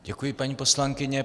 Děkuji, paní poslankyně.